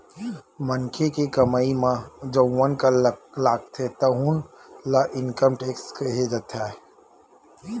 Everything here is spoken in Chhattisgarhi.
मनखे के कमई म जउन कर लागथे तउन ल इनकम टेक्स केहे जाथे